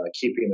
keeping